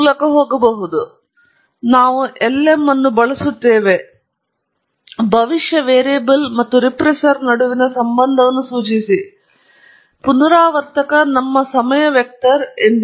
ಮತ್ತೆ ಅದೇ ಕಥೆ ನಾವು lm ಅನ್ನು ಬಳಸುತ್ತೇವೆ ಭವಿಷ್ಯ ವೇರಿಯಬಲ್ ಮತ್ತು ರೆಪ್ರೆಸರ್ ನಡುವಿನ ಸಂಬಂಧವನ್ನು ಸೂಚಿಸಿ ಪುನರಾವರ್ತಕ ನಮ್ಮ ಸಮಯ ವೆಕ್ಟರ್ ಎಂದಿನಂತೆ